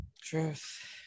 Truth